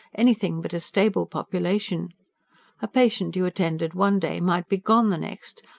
anything but a stable population a patient you attended one day might be gone the next,